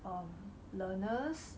um learners